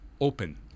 open